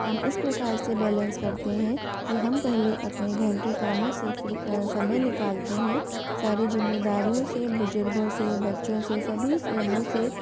हम इस प्रकार से बैलेंस करते हैं कि हम पहले अपने घर के कामों से फ़्री समय निकालते हैं सारी जिम्मेदारियों से बुजुर्गों से बच्चों से सभी जनों से